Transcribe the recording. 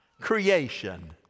creation